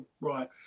right